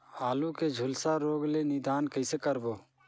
आलू के झुलसा रोग ले निदान कइसे करबो?